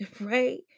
right